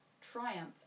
triumph